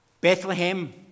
Bethlehem